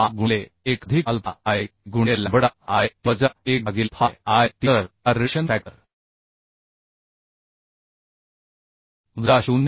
5 गुणिले 1 अधिक alpha lt गुणिले लॅम्बडा lt वजा 1 भागिले फाय lt तर हा रिडक्शन फॅक्टर वजा 0